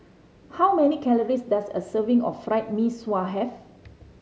how many calories does a serving of Fried Mee Sua have